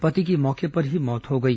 पति की मौके पर ही मौत हो गई